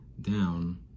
Down